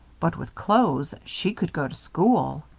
but with clothes, she could go to school.